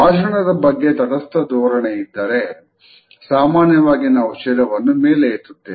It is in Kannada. ಭಾಷಣದ ಬಗ್ಗೆ ತಟಸ್ಥ ಧೋರಣೆ ಇದ್ದರೆ ಸಾಮಾನ್ಯವಾಗಿ ನಾವು ಶಿರವನ್ನು ಮೇಲೆ ಎತ್ತುತ್ತೇವೆ